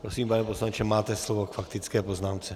Prosím, pane poslanče, máte slovo k faktické poznámce.